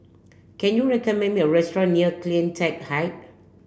can you recommend me a restaurant near CleanTech Height